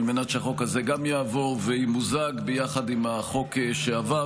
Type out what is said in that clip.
על מנת שהחוק הזה גם יעבור וימוזג יחד עם החוק שעבר,